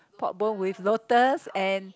pork bone with lotus and